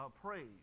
praise